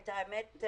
למען האמת,